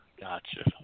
Gotcha